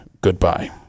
Goodbye